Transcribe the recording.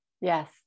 Yes